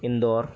Indore